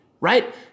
right